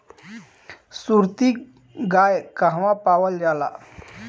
सुरती गाय कहवा पावल जाला?